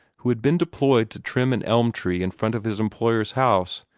who had been deployed to trim an elm-tree in front of his employer's house,